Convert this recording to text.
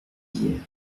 hier